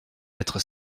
être